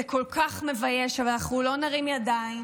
זה כל כך מבייש, אבל אנחנו לא נרים ידיים.